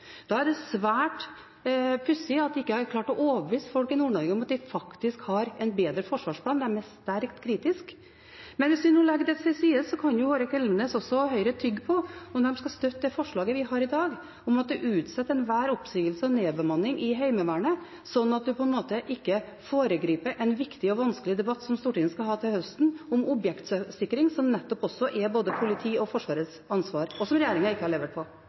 Da er det svært pussig at de ikke har klart å overbevise folk i Nord-Norge – de er sterkt kritiske – om at de faktisk har en bedre forsvarsplan. Men hvis vi nå legger det til side, kan jo Hårek Elvenes og også Høyre tygge på om de vil støtte det forslaget vi har i dag, om at vi utsetter enhver oppsigelse og nedbemanning i Heimevernet, slik at en på en måte ikke foregriper en viktig og vanskelig debatt som Stortinget skal ha til høsten, om objektsikring, som nettopp også er både politiets og Forsvarets ansvar, og der regjeringen ikke har levert. Før valget malte de rød-grønne på